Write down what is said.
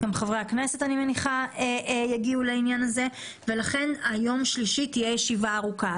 אני מניחה שגם חברי הכנסת יגיעו ולכן ביום שלישי תהיה ישיבה ארוכה.